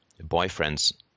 boyfriend's